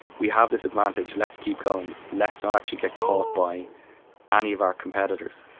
we have this advantage, let's keep going, let's not actually get caught by ah any of our competitors.